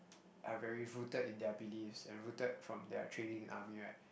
are very rooted in their beliefs and rooted from their trainings in army right